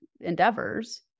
endeavors